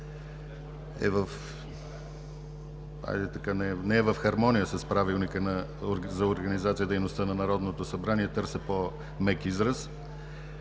е в хармония с Правилника за организацията и дейността на Народното събрание, търся по-мек израз.